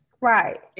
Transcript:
Right